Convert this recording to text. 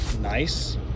nice